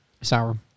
Sour